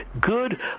good